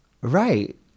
right